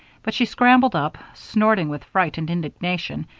but she scrambled up, snorting with fright and indignation,